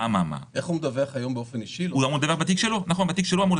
הדיון שלנו הוא על